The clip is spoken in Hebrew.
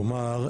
כלומר,